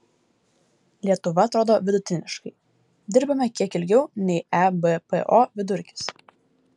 lietuva atrodo vidutiniškai dirbame kiek ilgiau nei ebpo vidurkis